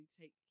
take